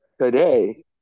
Today